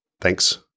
Thanks